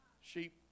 sheep